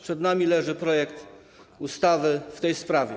Przed nami leży projekt ustawy w tej sprawie.